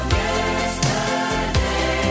yesterday